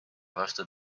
vastu